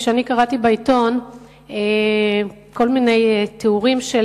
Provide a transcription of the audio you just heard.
כשאני קראתי בעיתון כל מיני תיאורים של